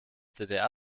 ddr